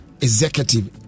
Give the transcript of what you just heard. executive